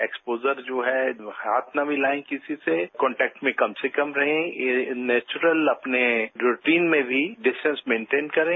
exposure जो हैं हाथ न मिलाएं किसी से कॉन्टेक्ट में कम से कम रहें ये नेचुरल अपने रूटीन में भी डिस्टेंस मेंटेन करें